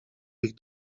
ich